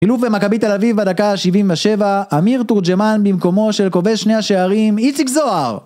חילוף במכבי תל אביב בדקה ה77, אמיר תורג'מן במקומו של כובש שני השערים, איציק זוהר!